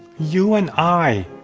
you and i,